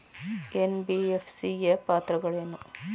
NBFC ಯ ಪಾತ್ರಗಳೇನು?